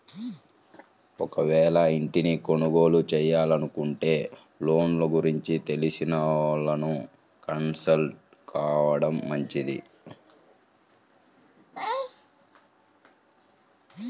ఒకవేళ ఇంటిని కొనుగోలు చేయాలనుకుంటే లోన్ల గురించి తెలిసినోళ్ళని కన్సల్ట్ కావడం మంచిది